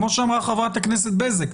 כמו שאמרה חברת הכנסת בזק,